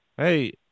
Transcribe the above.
Hey